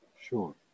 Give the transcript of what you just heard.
Sure